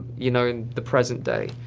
you know in the present day.